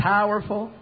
Powerful